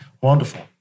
Wonderful